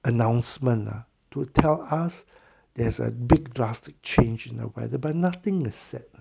announcements uh to tell us there's a big drastic change in the weather but nothing has said